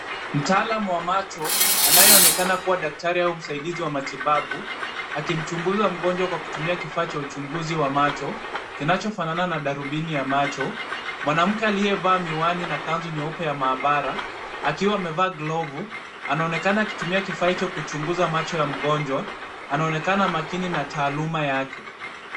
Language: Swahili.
Mtaalam wa macho, anayeonekana kuwa daktari au msaidizi wa matibabu, akimchunguza mgonjwa kwa kutumia kifaa cha uchunguzi wa macho, kinachofanana na darubini ya macho. Mwanamke aliyevaa miwani na kanzu nyeupe ya maabara, akiwa amevaa glovu, anaonekana akitumia kifaa hicho kuchunguza macho ya mgonjwa. Anaonekana makini na taaluma yake.